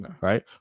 Right